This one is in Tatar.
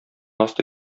асты